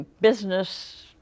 business